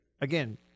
Again